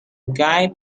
guy